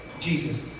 Jesus